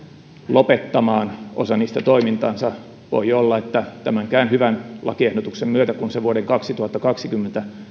lopettamaan toimintansa voi olla että tämän hyvän lakiehdotuksen myötäkään kun se vuoden kaksituhattakaksikymmentäyksi